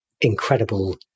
incredible